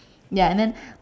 ya and then